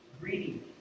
greedy